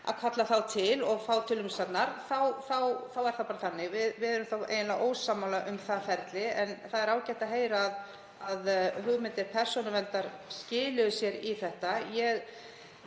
að kalla þá til og fá til umsagnar, þá er það bara þannig. Við erum þá ósammála um það ferli. En það er ágætt að heyra að hugmyndir Persónuverndar skiluðu sér í þessa